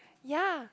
ya